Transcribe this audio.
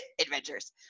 adventures